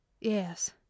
Yes